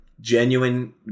genuine